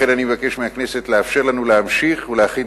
לכן אני מבקש מהכנסת לאפשר לנו להמשיך ולהכין